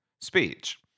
speech